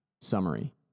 Summary